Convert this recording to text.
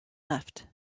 left